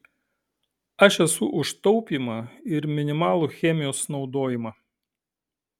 aš esu už taupymą ir minimalų chemijos naudojimą